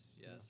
Yes